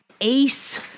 ace